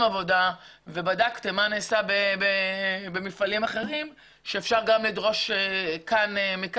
עבודה ובדקתם מה נעשה במפעלים אחרים שאפשר גם לדרוש מקצ"א שייעשה כאן.